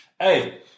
Hey